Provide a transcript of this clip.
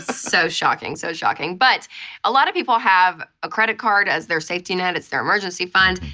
so shocking, so shocking. but a lot of people have a credit card as their safety net, it's their emergency fund.